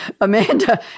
Amanda